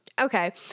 Okay